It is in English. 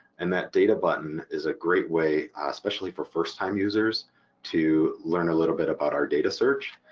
and that data button is a great way especially for first-time users to learn a little bit about our data search.